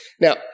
Now